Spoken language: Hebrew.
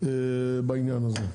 בעניין הזה.